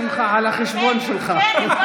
שמחה, על החשבון שלך.